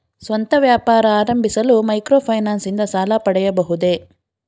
ಸ್ವಂತ ವ್ಯಾಪಾರ ಆರಂಭಿಸಲು ಮೈಕ್ರೋ ಫೈನಾನ್ಸ್ ಇಂದ ಸಾಲ ಪಡೆಯಬಹುದೇ?